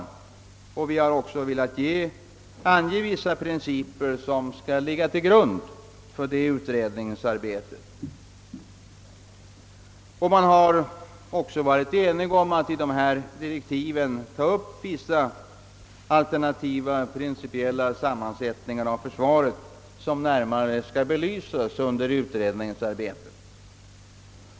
Vi har också angivit vissa principer som skall ligga till grund för detta utredningsarbete. Vidare var vi eniga om att i direktiven ta upp vissa alternativa principiella förslag till sammansättning av försvaret, vilka närmare skall belysas under utredningsarbetct.